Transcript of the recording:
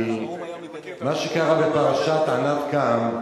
כי מה שקרה בפרשת ענת קם,